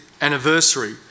anniversary